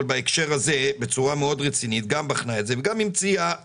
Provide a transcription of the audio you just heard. אבל בהקשר הזה בצורה מאוד רצינית בחנה את זה וגם המליצה